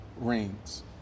rings